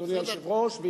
אדוני היושב-ראש,